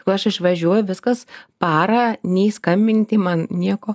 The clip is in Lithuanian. o aš išvažiuoju viskas parą nei skambinti man nieko